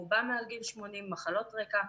רובם מעל גיל 80 עם מחלות רקע.